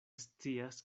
scias